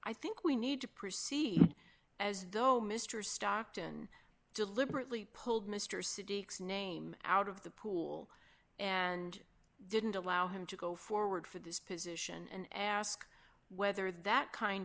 i think we need to proceed as though mr stockton deliberately pulled mr city name out of the pool and didn't allow him to go forward for this position and i ask whether that kind